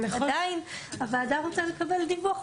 עדיין הוועדה רוצה לקבל דיווח,